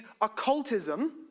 occultism